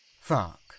Fuck